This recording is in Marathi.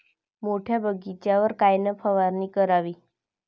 मोठ्या बगीचावर कायन फवारनी करावी?